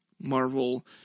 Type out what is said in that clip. Marvel